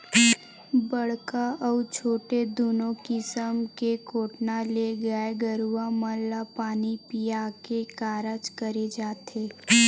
बड़का अउ छोटे दूनो किसम के कोटना ले गाय गरुवा मन ल पानी पीया के कारज करे जाथे